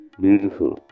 beautiful